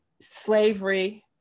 Slavery